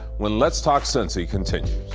when let's talk sense, he continues.